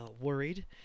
worried